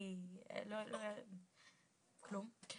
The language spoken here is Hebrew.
כלום.